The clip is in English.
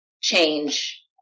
change